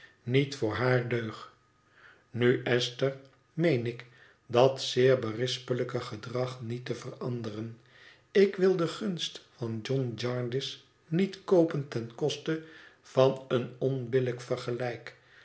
niet voor haar deug nu esther meen ik dat zeer bérispelijke gedrag niet te veranderen ik wil de gunst van john jarndyce niet koopen ten koste van een onbillijk vergelijk